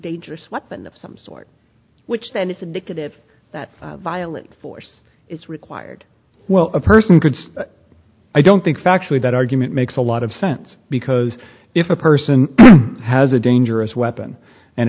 dangerous weapon of some sort which then it's addictive that violent force is required well a person could say i don't think factually that argument makes a lot of sense because if a person has a dangerous weapon and